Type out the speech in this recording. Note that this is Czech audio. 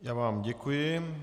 Já vám děkuji.